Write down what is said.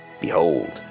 Behold